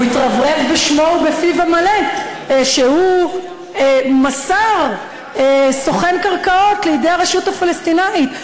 הוא התרברב בפיו ובשמו המלא שהוא מסר סוכן קרקעות לידי הרשות הפלסטינית.